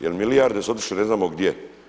Jel milijarde su otišle ne znamo gdje.